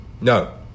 No